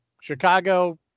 Chicago